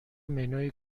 منوی